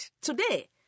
today